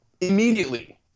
immediately